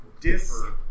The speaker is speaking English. differ